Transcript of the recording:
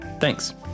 Thanks